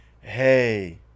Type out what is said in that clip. Hey